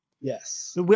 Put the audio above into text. yes